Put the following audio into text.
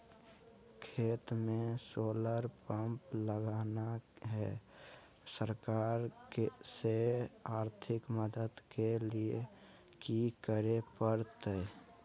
खेत में solar pump लगाना है, सरकार से आर्थिक मदद के लिए की करे परतय?